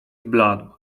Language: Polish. zbladł